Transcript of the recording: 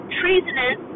treasonous